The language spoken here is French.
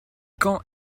quand